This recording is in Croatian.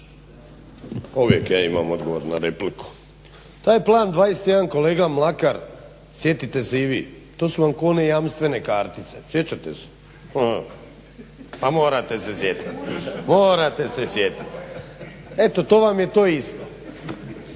Uvijek ja imam odgovor na repliku. Taj plan 21 kolega Mlakar sjetite se i vi to su vam ko one jamstvene kartice sjećate se? morate se sjetiti. Eto to vam je to isto.